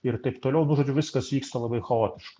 ir taip toliau nu žodžiu viskas vyksta labai chaotiškai